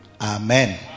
Amen